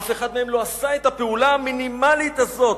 אף אחד מהם לא עשה את הפעולה המינימלית הזאת.